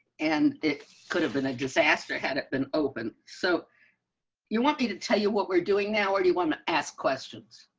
and it could have been a disaster. had it been open so you want me to tell you what we're doing now, or do you want to ask questions.